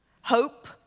hope